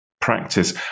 practice